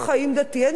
אין שום בעיה,